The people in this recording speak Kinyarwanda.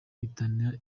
bihitana